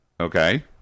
Okay